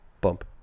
bump